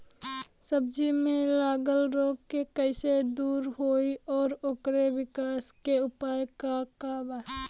सब्जी में लगल रोग के कइसे दूर होयी और ओकरे विकास के उपाय का बा?